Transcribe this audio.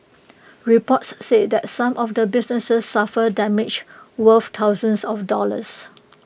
reports said that some of the businesses suffered damage worth thousands of dollars